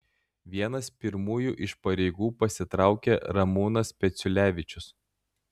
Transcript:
vienas pirmųjų iš pareigų pasitraukė ramūnas peciulevičius